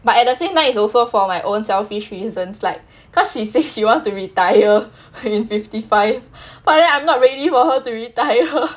but at the same time is also for my own selfish reasons like cause she says she want to retire in fifty five but then I'm not ready for her to retire